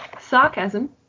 Sarcasm